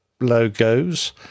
logos